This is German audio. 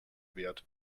wird